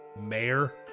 mayor